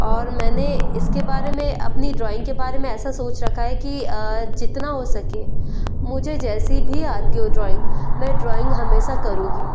और मैंने इसके बारे में अपनी ड्रॉइंग के बारे में ऐसा सोच रखा है कि जितना हो सके मुझे जैसे भी आती हो ड्रॉइंग मैं ड्रॉइंग हमेशा करूंगी